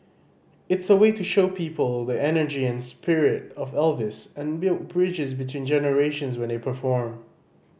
it's a way to show people the energy and spirit of Elvis and build bridges between generations when they perform